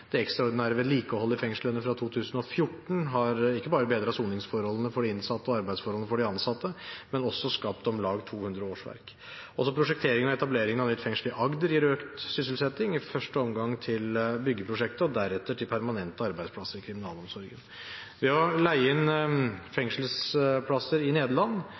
Det ekstraordinære vedlikeholdet i fengslene fra 2014 har ikke bare bedret soningsforholdene for de innsatte og arbeidsforholdene for de ansatte, men har også skapt om lag 200 årsverk. Også prosjekteringen og etableringen av nytt fengsel i Agder gir økt sysselsetting, i første omgang til byggeprosjektet og deretter til permanente arbeidsplasser i kriminalomsorgen. Ved å leie inn fengselsplasser i Nederland,